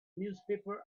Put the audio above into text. newspaper